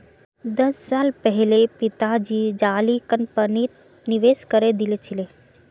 दस साल पहले पिताजी जाली कंपनीत निवेश करे दिल छिले